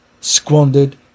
squandered